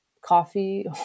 coffee